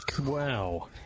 Wow